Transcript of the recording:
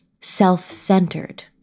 self-centered